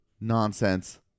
nonsense